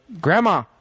Grandma